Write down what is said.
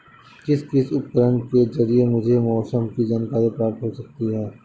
किस किस उपकरण के ज़रिए मुझे मौसम की जानकारी प्राप्त हो सकती है?